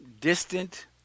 distant